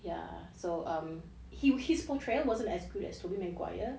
ya so um he his portrayal wasn't as good as toby maguire